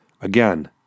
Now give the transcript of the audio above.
Again